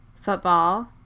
football